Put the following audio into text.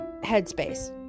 headspace